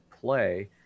play